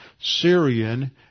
Syrian